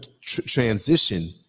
transition